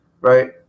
Right